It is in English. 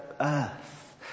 earth